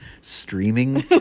streaming